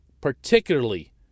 Particularly